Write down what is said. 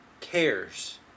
cares